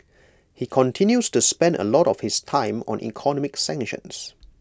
he continues to spend A lot of his time on economic sanctions